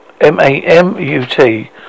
M-A-M-U-T